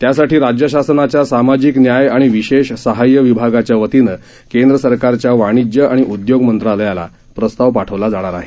त्यासाठी राज्य शासनाच्या सामाजिक न्याय आणि विशेष सहाय्य विभागाच्या वतीनं केंद्र सरकारच्या वाणिज्य आणि उदयोग मंत्रालयाला प्रस्ताव पाठवला जाणार आहे